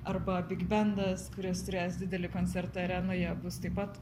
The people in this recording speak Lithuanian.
arba bigbendas kuris turės didelį koncertą arenoje bus taip pat